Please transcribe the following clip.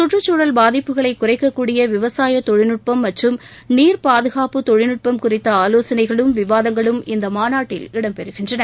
சுற்றுச்சூழல் பாதிப்புகளை குறைக்கக்கூடிய விவசாய தொழில்நுட்பம் மற்றும் நீர் பாதுகாப்பு தொழில்நுட்பம் குறித்த ஆலோசனைகளும் விவாதங்களும் இந்த மாநாட்டில் இடம்பெறுகின்றன